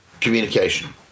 communication